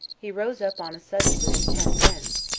he rose up on a sudden, with his ten friends,